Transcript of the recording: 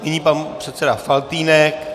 Nyní pan předseda Faltýnek.